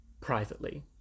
privately